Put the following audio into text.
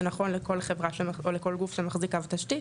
זה נכון לכל חברה או לכל גוף שמחזיק קו תשתית.